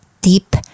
deep